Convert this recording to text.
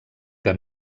que